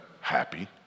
happy